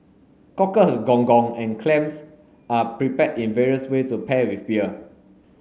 cockles gong gong and clams are prepared in various way to pair with beer